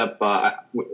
up –